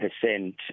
percent